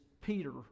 Peter